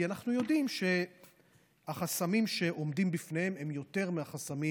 כי אנחנו יודעים שהחסמים שעומדים בפניהם הם יותר מהחסמים